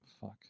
Fuck